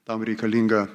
tam reikalinga